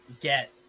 get